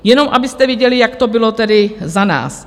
Jenom abyste viděli, jak to bylo tedy za nás.